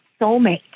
soulmate